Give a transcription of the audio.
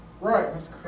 Right